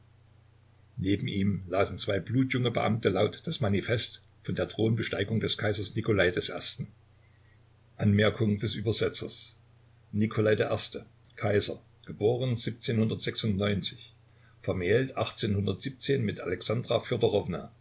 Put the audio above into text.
neben ihm lasen zwei blutjunge beamte laut das manifest von der thronbesteigung des kaisers nikolai i nikolai i kaiser vermählt mit